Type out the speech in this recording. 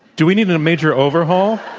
do we need and a major overhaul